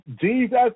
Jesus